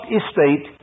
estate